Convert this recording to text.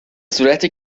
صورت